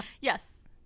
Yes